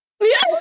yes